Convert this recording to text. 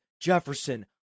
Jefferson